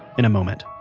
in a moment.